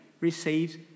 receives